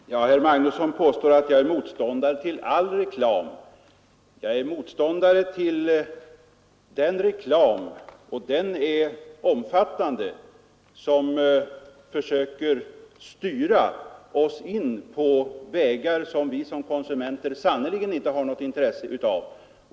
Herr talman! Herr Magnusson i Borås påstår att jag är motståndare till all reklam. Jag är motståndare till den reklam — och den är omfattande — som försöker styra oss in på vägar som vi som konsumenter sannerligen inte har något intresse av.